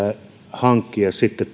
sitten